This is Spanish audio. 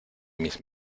mis